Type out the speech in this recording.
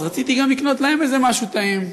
אז רציתי גם לקנות להם איזה משהו טעים,